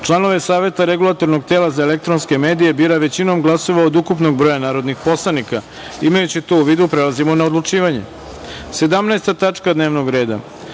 članove Saveta Regulatornog tela za elektronske medije bira većinom glasova od ukupnog broja narodnih poslanika. Imajući to u vidu, prelazimo na odlučivanje. Sedamnaesta tačka dnevnog reda